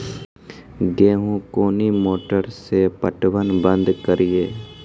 गेहूँ कोनी मोटर से पटवन बंद करिए?